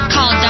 Call